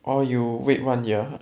orh you wait one year !huh!